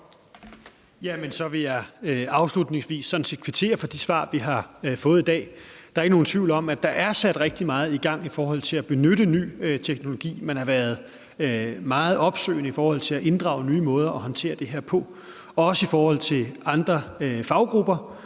Så vil jeg afslutningsvis sådan set kvittere for de svar, vi har fået i dag. Der er ikke nogen tvivl om, at der er sat rigtig meget i gang i forhold til at benytte ny teknologi. Man har været meget opsøgende i forhold til at inddrage nye måder at håndtere det her på, også i forhold til andre faggrupper